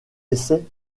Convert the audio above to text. essais